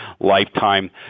lifetime